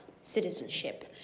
citizenship